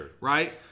Right